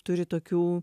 turi tokių